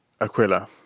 aquila